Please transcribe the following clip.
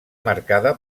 marcada